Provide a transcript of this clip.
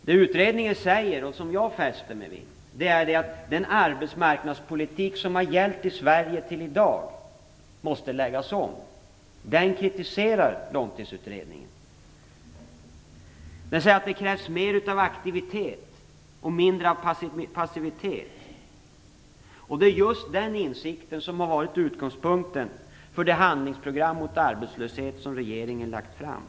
Det jag fäste mig vid i utredningen är att den arbetsmarknadspolitik som har gällt i Sverige till i dag måste läggas om. Den kritiseras av Långtidsutredningen, som säger att det krävs mer av aktivitet och mindre av passivitet. Det är just den insikten som har varit utgångspunkten för det handlingsprogram mot arbetslösheten som Långtidsutredningen har lagt fram.